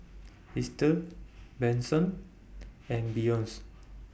Ester Benson and Beyonce